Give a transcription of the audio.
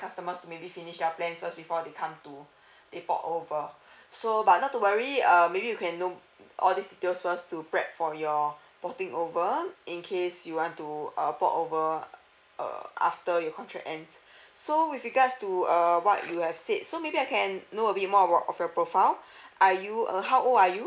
customers to maybe finish their plans first before they come to they port over so but not to worry uh maybe we can know all these details first to prep for your porting over in case you want to uh port over uh after your contract ends so with regards to uh what you have said so maybe I can know a bit more of a of your profile are you uh how old are you